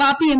party M